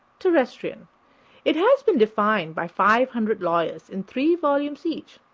terrestrian it has been defined by five hundred lawyers in three volumes each.